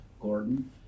Gordon